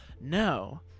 no